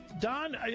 Don